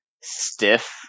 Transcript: stiff